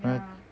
!huh!